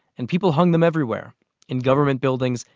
and people hung them everywhere in government buildings,